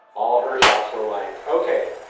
all her shots were like ok,